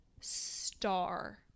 star